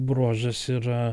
bruožas yra